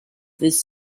this